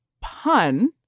pun